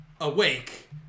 awake